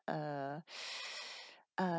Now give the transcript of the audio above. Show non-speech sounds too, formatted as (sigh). uh (breath)